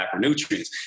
macronutrients